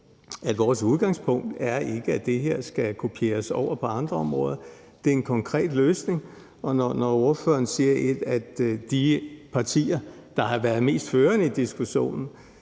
at vores udgangspunkt ikke er, at det her skal kopieres over på andre områder. Det er en konkret løsning. Og når ordføreren siger det med de partier, der har været mest førende i diskussionen,